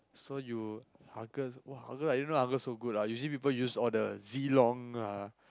so you Argus !wah! Argus I don't know so good ah usually people use all the Zilong ah